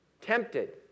Tempted